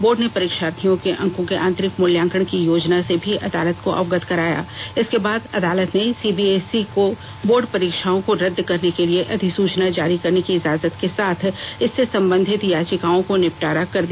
board ने परीक्षार्थियों के अंकों के आंतरिक मूल्यांकन की योजना से भी अदालत को अवगत कराया इसके बाद अदालत ने सीबीएसई को बोर्ड परीक्षाओं को रद्द करने के लिए अधिसूचना जारी करने की इजाजत के साथ इससे संबंधित याचिकाओं को निपटारा कर दिया